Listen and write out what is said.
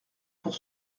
pour